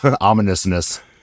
Ominousness